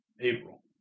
April